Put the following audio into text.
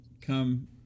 come